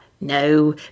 no